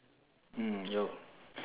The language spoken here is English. mm yo